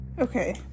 Okay